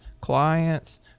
clients